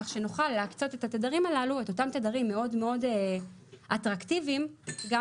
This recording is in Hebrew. כך שנוכל להקצות את אותם תדרים מאוד אטרקטיביים גם